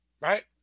right